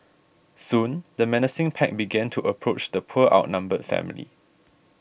soon the menacing pack began to approach the poor outnumbered family